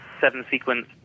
seven-sequence